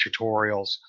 tutorials